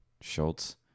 Schultz